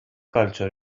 culture